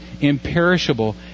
imperishable